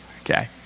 Okay